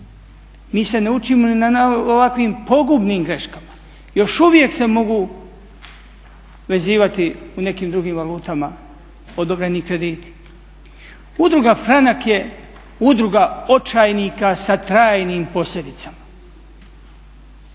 Mi se ne učimo ni na ovakvim pogubnim greškama. Još uvijek se mogu vezivati u nekim drugim valutama odobreni krediti. Udruga "Franak" je udruga očajnika sa trajnim posljedicama.